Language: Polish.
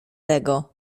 tego